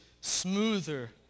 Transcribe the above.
smoother